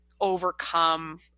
overcome